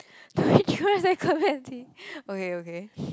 at Clementi okay okay